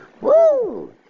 woo